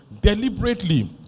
deliberately